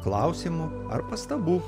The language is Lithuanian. klausimų ar pastabų